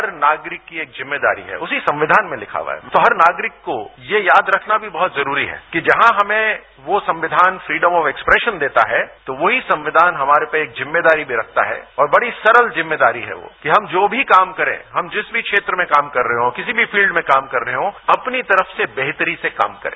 हर नागरिक की एक जिम्मेदारी है उसी संविधान में लिखा हुआ है तो हर नागरिक को ये याद रखना भी बहुत जरूरी है कि जहां हमें वो संविधान फ्रीडम व एक्सप्रेशन देता है तो वही संविधान हमारे पर एक जिम्मेदारी भी रखता है और बड़ी सरल जिम्मेदारी है वो कि हम जो भी काम करें हम जिस क्षेत्र में भी काम कर रहे हों किसी भी फील्ड में काम कर रहे हों अपनी तरफ से बेहतरी से काम करें